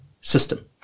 system